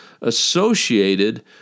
associated